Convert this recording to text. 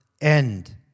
end